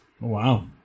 Wow